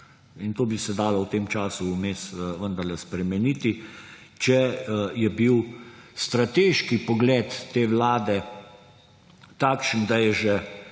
To bi se dalo v tem času vmes vendarle spremeniti, če je bil strateški pogled te vlade takšen, da je že